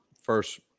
First